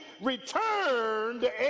returned